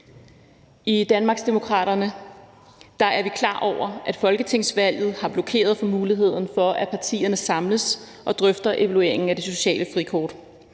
I Danmarksdemokraterne er vi klar over, at folketingsvalget har blokeret for muligheden for, at partierne samles og drøfter evalueringen af det sociale frikort,